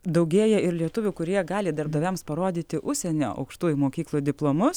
daugėja ir lietuvių kurie gali darbdaviams parodyti užsienio aukštųjų mokyklų diplomus